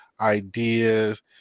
ideas